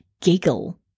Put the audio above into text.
giggle